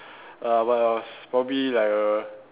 uh what else probably like a